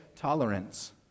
Tolerance